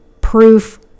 proof